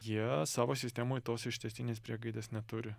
jie savo sistemoj tos ištęstinės priegaidės neturi